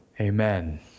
Amen